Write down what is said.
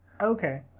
Okay